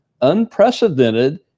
unprecedented